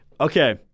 Okay